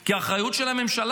כי האחריות היא של הממשלה.